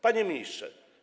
Panie Ministrze!